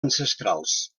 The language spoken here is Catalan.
ancestrals